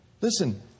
Listen